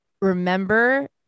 remember